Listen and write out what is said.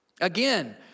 Again